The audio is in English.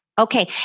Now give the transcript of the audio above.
Okay